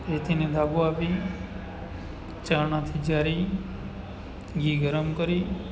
એ તેને દાબો આપી ચારણાથી ઝારી ઘી ગરમ કરી